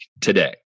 today